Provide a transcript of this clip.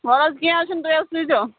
وَل حظ کینٛہہ نہٕ حظ چھُنہٕ تُہۍ حظ سوٗزۍزیو